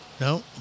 No